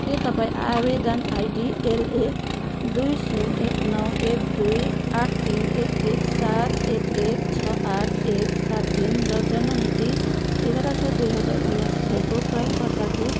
के तपाईँ आवेदन आइडी एल ए दुई शून्य एक नौ एक दुई आठ तिन एक एक सात एक एक छ आठ एक सात तिन र जन्ममिति एघार छ दुई हजार उन्नाइस भएको प्रयोगकर्ताको